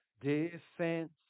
defense